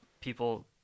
People